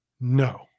No